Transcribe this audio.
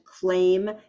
claim